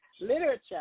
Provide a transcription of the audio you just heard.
Literature